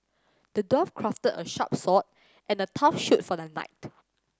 the dwarf crafted a sharp sword and a tough shield for the knight